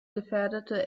gefährdete